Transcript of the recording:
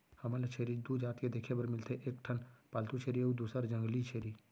हमन ल छेरी दू जात के देखे बर मिलथे एक ठन पालतू छेरी अउ दूसर जंगली छेरी